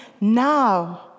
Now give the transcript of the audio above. now